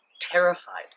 terrified